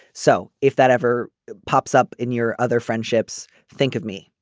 so if that ever pops up in your other friendships think of me